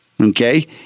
Okay